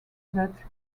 that